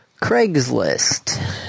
Craigslist